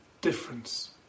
difference